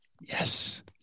Yes